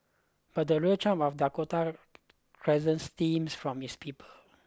but the real charm of Dakota Crescent stems from its people